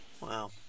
Wow